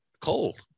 cold